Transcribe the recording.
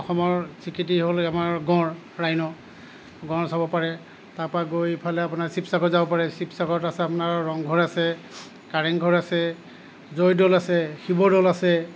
অসমৰ স্বীকৃতি হ'ল আমাৰ গঁড় ৰাইনো গঁড় চাব পাৰে তাৰপৰা গৈ ইফালে আপোনাৰ শিৱসাগৰ যাব পাৰে শিৱসাগৰত আছে আপোনাৰ ৰংঘৰ আছে কাৰেংঘৰ আছে জয়দৌল আছে শিৱদৌল আছে